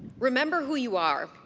remember who you are.